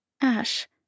Ash